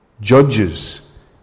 Judges